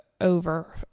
over